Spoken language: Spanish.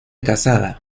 casada